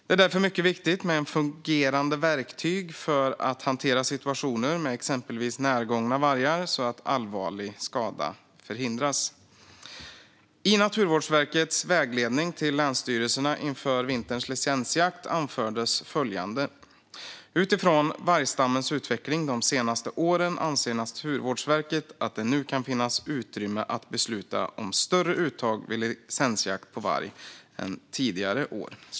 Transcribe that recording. Det är därför mycket viktigt med fungerande verktyg för att hantera situationer med exempelvis närgångna vargar så att allvarlig skada förhindras. I Naturvårdsverkets vägledning till länsstyrelserna inför vinterns licensjakt anfördes följande: "Utifrån vargstammens utveckling de senaste åren anser Naturvårdsverket att det nu kan finnas utrymme att besluta om större uttag vid licensjakten på varg än tidigare år."